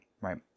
right